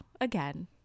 again